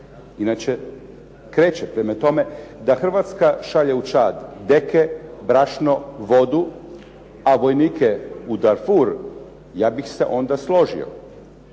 inače kreće. Prema tome, da Hrvatska šalje u Čad deke, brašno, vodu, a vojnike u …/Govornik se ne